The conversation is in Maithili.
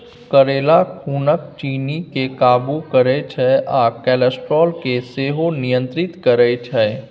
करेला खुनक चिन्नी केँ काबु करय छै आ कोलेस्ट्रोल केँ सेहो नियंत्रित करय छै